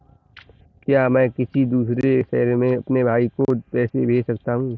क्या मैं किसी दूसरे शहर में अपने भाई को पैसे भेज सकता हूँ?